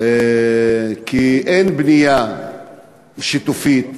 כי אין בנייה שיתופית,